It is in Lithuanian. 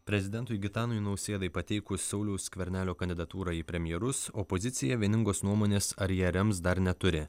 prezidentui gitanui nausėdai pateikus sauliaus skvernelio kandidatūrą į premjerus opozicija vieningos nuomonės ar ją rems dar neturi